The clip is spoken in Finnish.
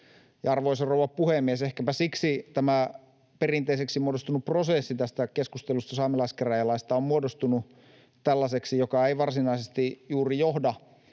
Arvoisa rouva puhemies! Ehkäpä siksi tämä perinteiseksi muodostunut prosessi tästä keskustelusta saamelaiskäräjälaista on muodostunut tällaiseksi, että se ei varsinaisesti juuri johda